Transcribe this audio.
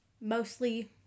mostly